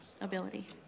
ability